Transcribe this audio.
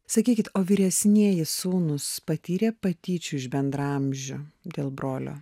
sakykit o vyresnieji sūnūs patyrė patyčių iš bendraamžių dėl brolio